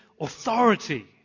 authority